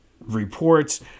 reports